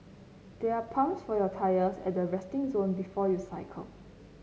there are pumps for your tyres at the resting zone before you cycle